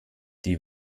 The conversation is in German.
die